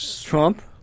Trump